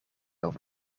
over